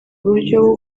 uburyo